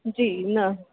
जी न